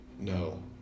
No